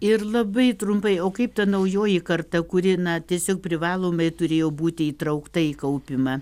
ir labai trumpai o kaip ta naujoji karta kuri na tiesiog privalomai turėjo būti įtraukta į kaupimą